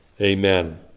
amen